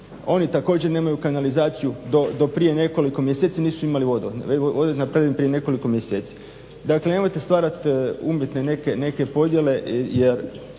Oni također nemaju kanalizaciju, do prije nekoliko mjeseci nisu imali vodovod, vodovod je napravljen prije nekoliko mjeseci. Dakle, nemojte stvarat umjetne neke podjele jer